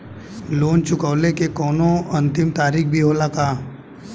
Loan चुकवले के कौनो अंतिम तारीख भी होला का?